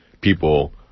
people